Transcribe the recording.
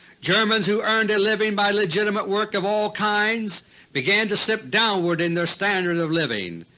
germans who earned a living by legitimate work of all kinds began to slip downward in their standard of living.